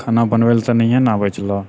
खाना बनबैलए तऽ नहिए ने आबै छलौ